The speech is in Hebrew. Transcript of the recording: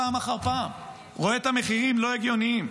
פעם אחר פעם רואה את המחירים לא הגיוניים.